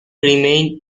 remained